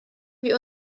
wir